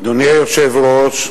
אדוני היושב-ראש,